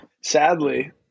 sadly